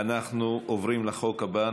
אנחנו עוברים לחוק הבא.